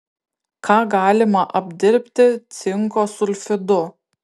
ką galima apdirbti cinko sulfidu